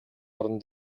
орон